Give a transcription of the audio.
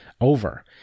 over